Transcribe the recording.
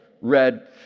red